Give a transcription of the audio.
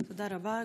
תודה רבה.